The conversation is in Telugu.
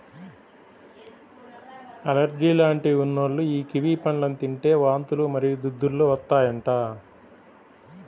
అలెర్జీ లాంటివి ఉన్నోల్లు యీ కివి పండ్లను తింటే వాంతులు మరియు దద్దుర్లు వత్తాయంట